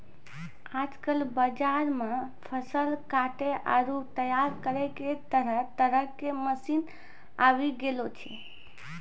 आजकल बाजार मॅ फसल काटै आरो तैयार करै के तरह तरह के मशीन आबी गेलो छै